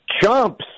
chumps